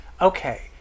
Okay